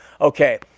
Okay